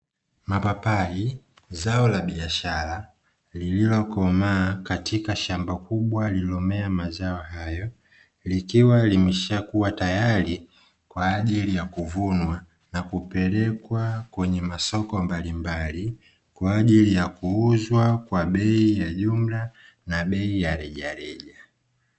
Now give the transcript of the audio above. Mapapai, zao labiashara lililokomaa katika shamba kubwa lililomea mazao hayo, likiwa limeshakua tayari kwa ajili ya kuvunwa na kupelekwa kwenye masoko mbalimbali; kwa ajili ya kuuzwa kwa bei ya jumla na bei ya rejareja.